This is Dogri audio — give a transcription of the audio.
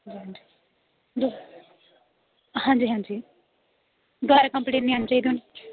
हां जी हां जी दोबारा कम्पलेन नि आनी चाहिदी हून